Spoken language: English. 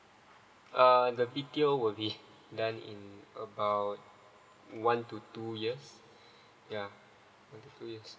uh the B_T_O will be done in about one to two years yeah one to two years